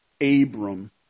Abram